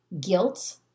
guilt